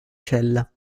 cella